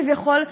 כביכול,